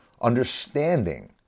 Understanding